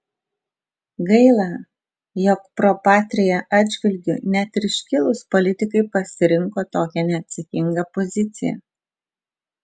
gaila jog pro patria atžvilgiu net ir iškilūs politikai pasirinko tokią neatsakingą poziciją